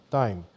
time